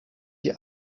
die